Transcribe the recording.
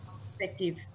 perspective